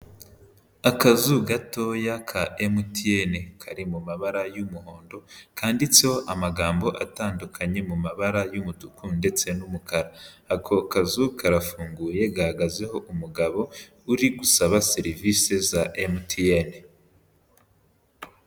Akazu gatoya ka MTN kari mu mabara y'umuhondo kanditseho amagambo atandukanye mu mabara y'umutuku ndetse n'umukara, ako kazu karafunguye gahagazeho umugabo uri gusaba serivise za MTN.